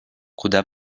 куда